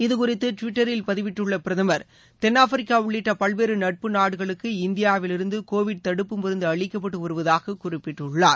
இது குறித்து டுவிட்டரில் பதிவிட்டுள்ள பிரதமர் தென்னாப்பிரிக்கா உள்ளிட்ட பல்வேறு நட்பு நாடுகளுக்கு இந்தியாவிலிருந்து கோவிட் தடுப்பு மருந்து அளிக்கப்பட்டு வருவதாக குறிப்பிட்டுள்ளார்